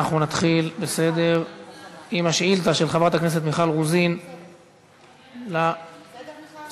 תוצאות ההצבעה: 16 בעד, אין מתנגדים, אין נמנעים.